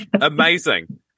Amazing